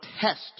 test